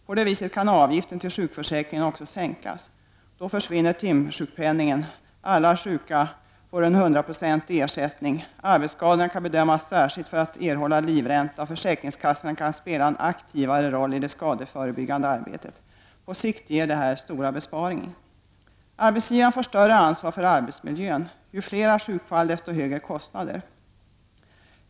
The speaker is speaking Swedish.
På det viset kan avgiften till sjukförsäkringen också sänkas. Då försvinner timsjukpenningen, alla sjuka får hundraprocentig ersättning, arbetsskadorna kan bedömas särskilt för erhållande av livränta, och försäkringskassorna kan spela en aktivare roll i det skadeförebyggande arbetet. På sikt ger detta stora besparingar. Arbetsgivaren får större ansvar för arbetsmiljön. Ju fler sjukfall, desto högre kostnader.